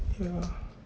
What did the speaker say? ya